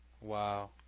Wow